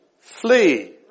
Flee